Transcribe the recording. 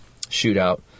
shootout